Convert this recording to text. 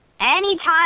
Anytime